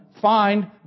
find